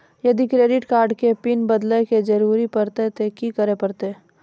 यदि credit card के PIN बदले के जरूरी परतै ते की करे परतै?